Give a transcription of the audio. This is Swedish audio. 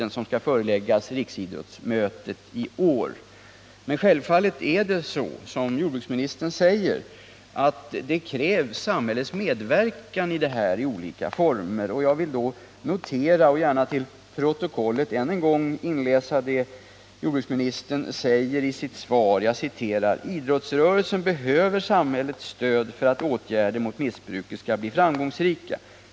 Programmet skall föreläggas riksidrottsmötet i år. Men självfallet är det så, som jordbruksministern säger, att det här krävs medverkan från samhället i olika former. Jag vill då notera och gärna till protokollet än en gång läsa in det som jordbruksministern säger i sitt svar: ”Idrottsrörelsen behöver samhällets stöd för att åtgärder mot missbruket skall bli framgångsrika.